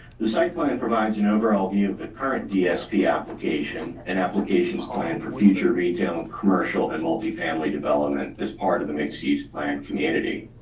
the site plan provides an overall view of the current dsp application and application plan for future retail, commercial and multifamily development as part of the mix seeds plan community.